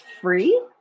free